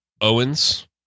Owens